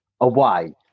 away